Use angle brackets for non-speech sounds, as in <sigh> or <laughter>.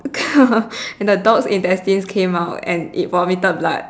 <laughs> and the dog's intestines came out and it vomited blood